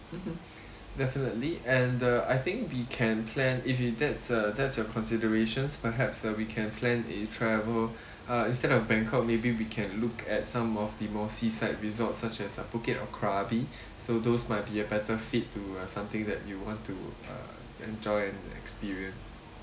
mmhmm definitely and uh I think we can plan if it that's uh that's your considerations perhaps uh we can plan a travel uh instead of bangkok maybe we can look at some of the more seaside resorts such as uh phuket or krabi so those might be a better fit to uh something that you want to uh enjoy and experience